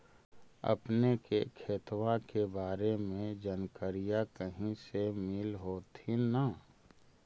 अपने के खेतबा के बारे मे जनकरीया कही से मिल होथिं न?